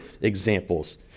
examples